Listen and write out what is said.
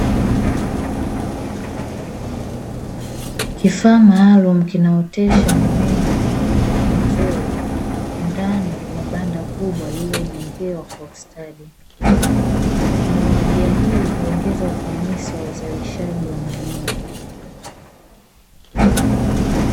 Kifaa maalumu kinaotesha mimea kwa mpangilio mzuri ndani ya banda kubwa lililojengewa kwa ustadi, teknolojia hii huongeza ufanisi wa uzalishaji wa mimea.